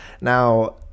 Now